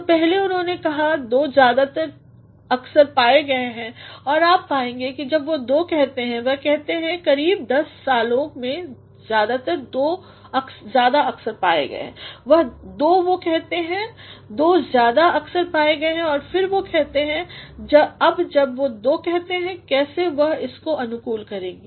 तो पहले उन्होंने कहा दो ज्यादा अक्सर पाए गए हैं और आप पाएंगे कि जब वह दो कहते हैं वह कहते हैं पिछले करीब दस सालों में दो ज्यादा अक्सर पाए गए हैं दो वह कहते हैं दो दो ज्यादा अक्सर पाए गए हैं और फिर वह कहते हैं अब जब वह दो कहते हैं कैसे वह इसको अनुकूल करेंगे